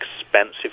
expensive